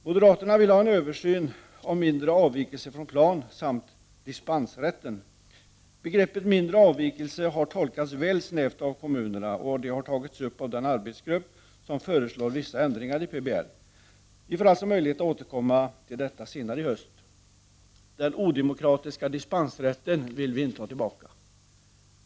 Moderaterna vill ha en översyn av mindre avvikelse från plan samt dispensrätten. Begreppet mindre avvikelse har tolkats väl snävt av kommunerna och har tagits upp av den arbetsgrupp som föreslår vissa ändringar i PBL. Vi får alltså möjlighet att återkomma till detta senare i höst. Den odemokratiska dispensrätten vill vi inte ha tillbaka.